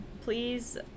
please